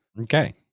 okay